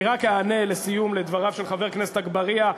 אני רק אענה לסיום על דבריו של חבר הכנסת אגבאריה.